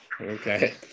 Okay